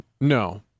No